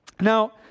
Now